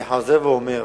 אני חוזר ואומר: